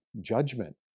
judgment